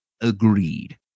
Agreed